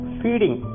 feeding